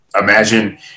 Imagine